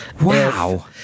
Wow